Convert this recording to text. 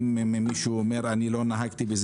והאם יש רעיונות איך בתוך החוק מעגנים